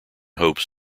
hopes